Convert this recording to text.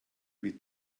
wie